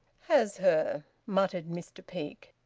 has her? muttered mr peake.